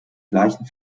gleichen